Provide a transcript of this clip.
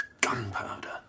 Gunpowder